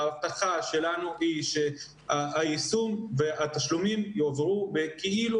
ההבטחה שלנו היא שהיישום והתשלומים יועברו כאילו